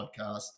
podcast